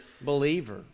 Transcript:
believer